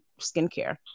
skincare